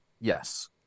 yes